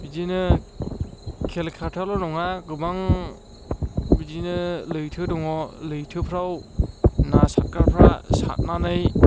बिदिनो कलकाटायावल' नङा गोबां बिदिनो लैथो दङ लैथोफ्राव ना सारग्राफ्रा सारनानै